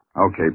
Okay